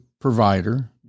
provider